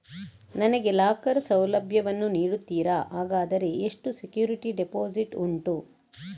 ನನಗೆ ಲಾಕರ್ ಸೌಲಭ್ಯ ವನ್ನು ನೀಡುತ್ತೀರಾ, ಹಾಗಾದರೆ ಎಷ್ಟು ಸೆಕ್ಯೂರಿಟಿ ಡೆಪೋಸಿಟ್ ಉಂಟು?